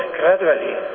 gradually